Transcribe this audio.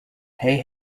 hey